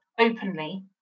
openly